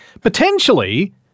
potentially